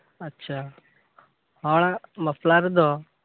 ᱟᱪᱪᱷᱟ ᱦᱚᱲᱟᱜ ᱵᱟᱯᱞᱟ ᱨᱮᱫᱚ